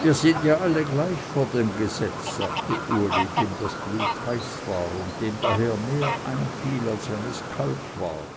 wir sind ja alle gleich vor dem gesetz sagte uli dem das blut heiß war und dem daher mehr einfiel als wenn es kalt war